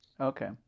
Okay